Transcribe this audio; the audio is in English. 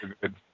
good